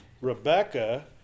Rebecca